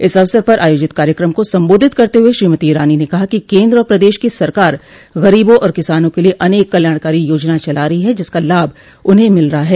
इस अवसर पर आयोजित कार्यक्रम को संबोधित करते हुए श्रीमती ईरानी ने कहा कि केन्द्र और प्रदेश की सरकार गरीबों और किसानों क लिये अनेक कल्याणकारी योजनाएं चला रही है जिसका लाभ उन्हें मिल रहा है